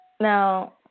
Now